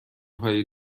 هایی